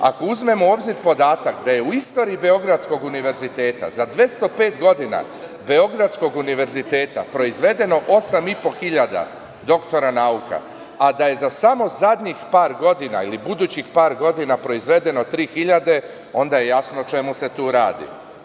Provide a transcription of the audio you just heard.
Ako uzmemo u obzir podatak da je u istoriji Beogradskog univerziteta, za 205 godina Beogradskog univerziteta proizvedeno 8,5 hiljada doktora nauka, a da je za samo zadnjih par godina ili budućih par godina proizvedeno 3.000, onda je jasno o čemu se tu radi.